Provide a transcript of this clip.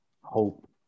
hope